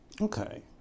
Okay